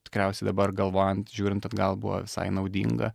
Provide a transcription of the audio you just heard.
tikriausiai dabar galvojant žiūrint atgal buvo visai naudinga